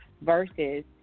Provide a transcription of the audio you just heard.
versus